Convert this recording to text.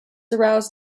aroused